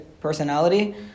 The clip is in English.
personality